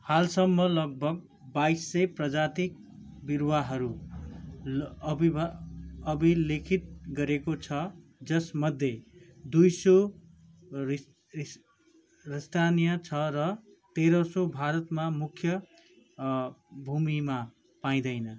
हालसम्म लगभग बाइस सय प्रजाति बिरुवाहरू अभिभा अभिलिखित गरेको छ जसमध्ये दुई सौ रिस रि स्थानीय छ र तेह्र सौ भारतमा मुख्य भूमिमा पाइँदैन